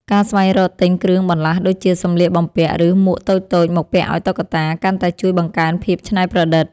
ការស្វែងរកទិញគ្រឿងបន្លាស់ដូចជា សម្លៀកបំពាក់ ឬមួកតូចៗមកពាក់ឱ្យតុក្កតា កាន់តែជួយបង្កើនភាពច្នៃប្រឌិត។